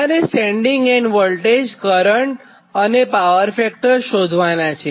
તમારે sending end voltage current અને power factor શોધવાનાં છે